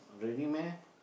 really meh